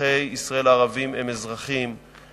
אזרחי ישראל הערבים הם אזרחים,